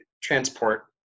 transport